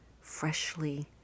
freshly